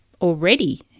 already